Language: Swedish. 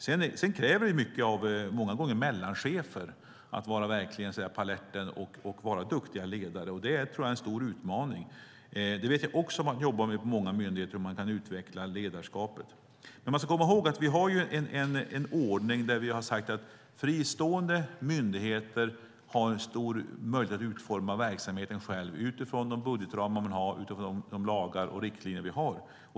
Det kräver av mellanchefer att de ska vara på alerten och duktiga ledare. Det är en stor utmaning. Jag vet att man på många myndigheter jobbar med hur man kan utveckla ledarskapet. Vi ska docka komma ihåg att vi har en ordning där fristående myndigheter har en stor möjlighet att själva utforma verksamheten utifrån budgetramar, lagar och riktlinjer.